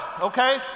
okay